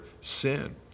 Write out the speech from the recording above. sin